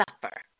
suffer